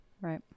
Right